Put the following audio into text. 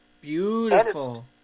Beautiful